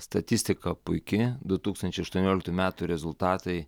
statistika puiki du tūkstančiai aštuonioliktų metų rezultatai